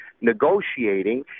negotiating